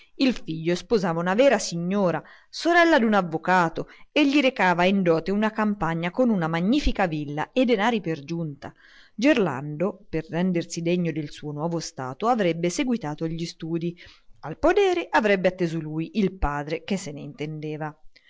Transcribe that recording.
il figlio sposava una vera signora sorella d'un avvocato e gli recava in dote una campagna con una magnifica villa e denari per giunta gerlando per rendersi degno del nuovo stato avrebbe seguitato gli studii al podere avrebbe atteso lui il padre che se n'intendeva